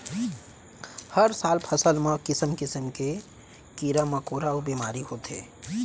हर साल फसल म किसम किसम के कीरा मकोरा अउ बेमारी होथे